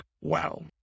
wow